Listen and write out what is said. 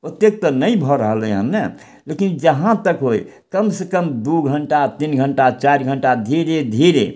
ओतेक तऽ नहि भऽ रहलै हन ने लेकिन जहाँ तक होइ कम सँ कम दू घण्टा तीन घण्टा चारि घण्टा धीरे धीरे